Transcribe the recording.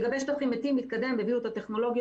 לגבי שטחים מתים מתקדם, והביאו את הטכנולוגיות.